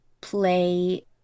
play